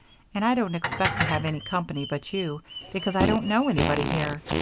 and i don't expect to have any company but you because i don't know anybody here.